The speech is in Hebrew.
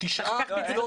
תשעה מיליון